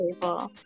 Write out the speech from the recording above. table